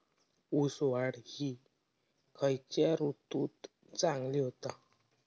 ऊस वाढ ही खयच्या ऋतूत चांगली होता?